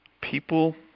people